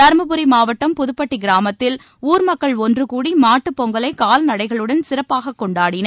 தருமபுரி மாவட்டம் புதப்பட்டி கிராமத்தில் ஊர் மக்கள் ஒன்றுகூடி மாட்டு பொங்கலை கால்நடைகளுடன் சிறப்பாக கொண்டாடினர்